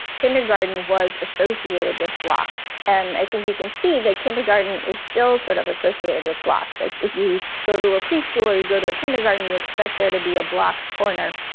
kindergarten was associated with blocks. and i think you can see that kindergarten is still sort of associated with blocks. like if you go to a preschool or you go to a kindergarten, you expect there to be a block corner,